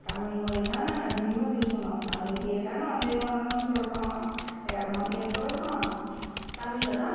தமிழ் மொழி தான் நாங்கள் அதிகமாக பேசணும் தமிழிலயே தானே வந்தே மாதரம் சொல்கிறோம் வேறே மொழியா சொல்கிறோம் தமிழில தான்